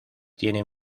tiene